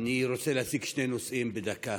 אני רוצה להציג שני נושאים בדקה.